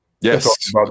Yes